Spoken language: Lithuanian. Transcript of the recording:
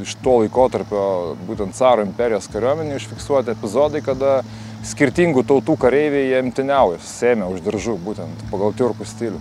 iš to laikotarpio būtent caro imperijos kariuomenėj užfiksuoti epizodai kada skirtingų tautų kareiviai jie imtyniauja susiėmę už diržų būtent pagal tiurkų stilių